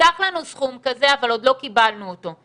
הובטח לנו סכום כזה, אבל עוד לא קיבלנו אותו.